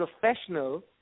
professional